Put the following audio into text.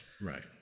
Right